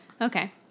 Okay